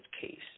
case